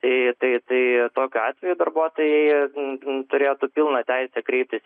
tai tai tai tokiu atveju darbuotojai turėtų pilną teisę kreiptis į